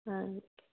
ఆ